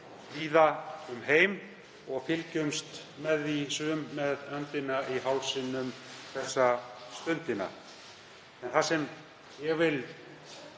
víða um heim og fylgjumst með því, sum með öndina í hálsinum, þessa stundina. Það sem ég vil